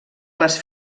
les